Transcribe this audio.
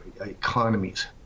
economies